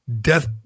death